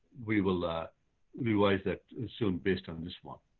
we will ah realize that soon based on this one.